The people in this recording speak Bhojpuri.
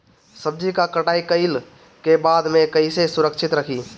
सब्जी क कटाई कईला के बाद में कईसे सुरक्षित रखीं?